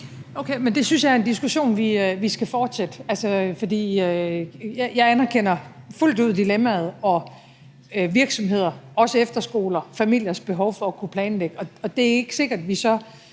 Okay, men det synes jeg er en diskussion, vi skal fortsætte, for jeg anerkender fuldt ud dilemmaet: virksomhedernes, efterskolernes og familiernes behov for at kunne planlægge. Det er ikke sikkert, at vi så